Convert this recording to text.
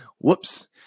whoops